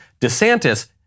DeSantis